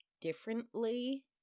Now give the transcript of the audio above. differently